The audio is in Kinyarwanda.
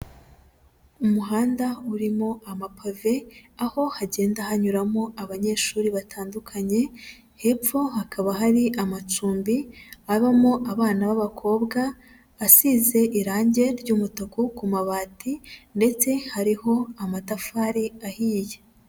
Umuhanda urimo amapave, aho hagenda hanyuramo abanyeshuri batandukanye, hepfo hakaba hari amacumbi abamo abana b'abakobwa, asize irangi ry'umutuku ku mabati ndetse hariho amatafari ahiye.